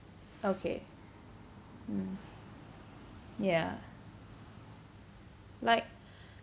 okay mm yeah like